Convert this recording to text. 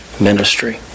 ministry